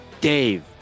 Dave